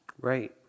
Right